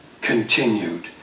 continued